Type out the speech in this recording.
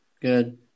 Good